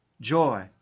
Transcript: joy